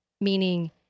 meaning